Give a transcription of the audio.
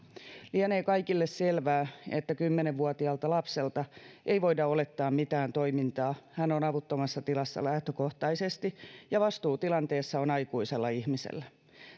lienee kaikille selvää että kymmenen vuotiaalta lapselta ei voida olettaa mitään toimintaa hän on avuttomassa tilassa lähtökohtaisesti ja vastuu tilanteessa on aikuisella ihmisellä